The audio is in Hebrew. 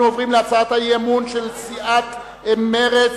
אנחנו עוברים להצעת האי-אמון של סיעת מרצ